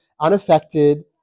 unaffected